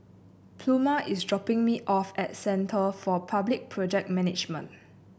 Pluma is dropping me off at Centre for Public Project Management